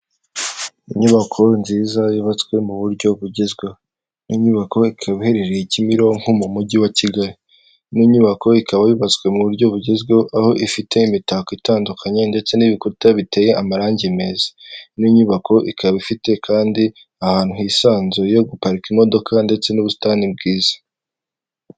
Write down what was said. Inyubako nziza yubatswe mu buryo bugezweho, ino nyubako ikaba iherereye Kimironko mu mujyi wa Kigali, ino nyubako ikaba yubatswe mu buryo bugezweho, aho ifite imitako itandukanye ndetse n'ibikuta biteye amarangi meza, ino nyubako ikaba ifite kandi ahantu hisanzuye ho guparika imodoka ndetse n'ubusitani bwiza.